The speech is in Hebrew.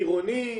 עירוני,